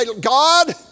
God